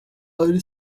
ari